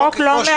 החוק לא מאפשר.